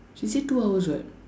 she say two hours what